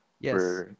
Yes